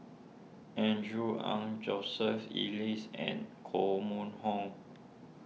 Andrew Ang Joseph Elias and Koh Mun Hong